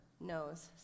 knows